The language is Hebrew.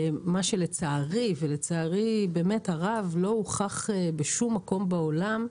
מה שלצערי ובאמת לצערי הרב לא הוכח בשום מקום בעולם,